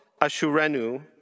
ashurenu